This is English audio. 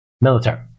military